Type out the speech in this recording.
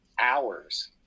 hours